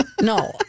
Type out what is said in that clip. No